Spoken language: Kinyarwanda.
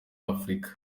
afurika